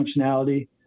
functionality